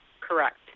Correct